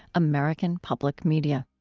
american public media